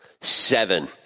Seven